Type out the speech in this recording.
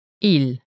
Il